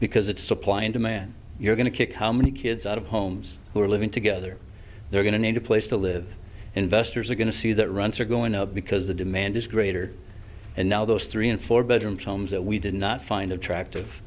because it's supply and demand you're going to kick how many kids out of homes who are living together they're going to need a place to live investors are going to see that runs are going up because the demand is greater and now those three and four bedrooms homes that we did not find attractive